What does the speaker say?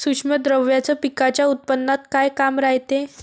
सूक्ष्म द्रव्याचं पिकाच्या उत्पन्नात का काम रायते?